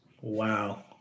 Wow